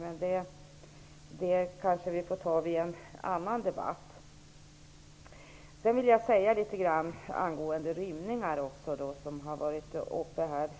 Men den debatten får vi väl ta en annan gång. Så några ord om rymningarna, som också debatterats